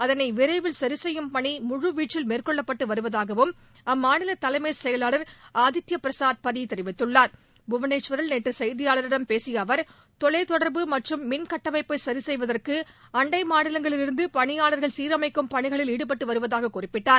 அதனை விரைவில் சரிசெய்யும் பணி முழுவீச்சில் மேற்கொள்ளப்பட்டு வருவதாகவும் அம்மாநில தலைமை செயலாளர் ஆதித்ய பிரசாத் பதி தெரிவித்துள்ளார் புவனேஸ்வரில் நேற்று செய்தியாளர்களிடம் பேசிய அவர் தொலைதொடர்பு மற்றும் மின்கட்டமைப்பை சரிசெய்வதற்கு அண்டை மாநிலங்களிலிருந்து பணியாளர்கள் சீரமைக்கும் பணிகளில் ஈடுபட்டு வருவதாக கூறினார்